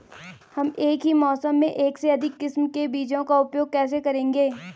हम एक ही मौसम में एक से अधिक किस्म के बीजों का उपयोग कैसे करेंगे?